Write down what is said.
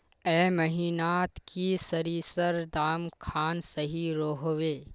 ए महीनात की सरिसर दाम खान सही रोहवे?